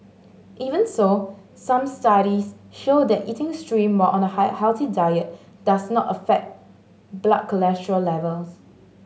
even so some studies show that eating shrimp while on a healthy diet does not affect blood cholesterol levels